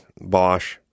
bosch